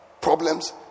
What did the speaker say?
problems